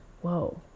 Whoa